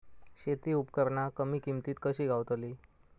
शेती उपकरणा कमी किमतीत कशी गावतली?